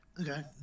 Okay